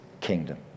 kingdom